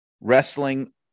wrestling